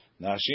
nashim